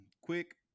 quick